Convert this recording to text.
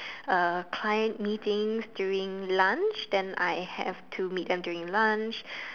uh client meetings during lunch then I have to meet them during lunch